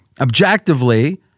objectively